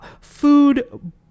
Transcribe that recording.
food